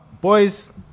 boys